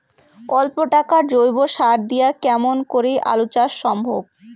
অল্প টাকার জৈব সার দিয়া কেমন করি আলু চাষ সম্ভব?